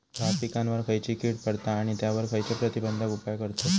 भात पिकांवर खैयची कीड पडता आणि त्यावर खैयचे प्रतिबंधक उपाय करतत?